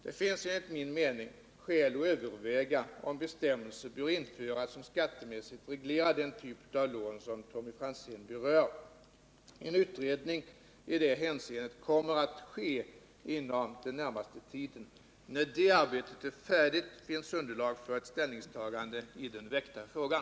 Det finns enligt min mening skäl att överväga om bestämmelser bör införas som skattemässigt reglerar den typ av lån som Tommy Franzén berör. En utredning i detta hänseende kommer att ske inom den närmaste tiden. När detta arbete är färdigt finns underlag för ett ställningstagande i den väckta frågan.